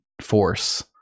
force